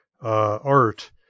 art